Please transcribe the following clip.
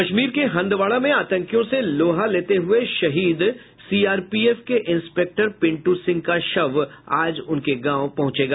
कश्मीर के हंदवाड़ा में आतंकियों से लोहा लेते हुये शहीद सीआरपीएफ के इंस्पेक्टर पिंटु सिंह का शव आज उनके गांव पहुंचेगा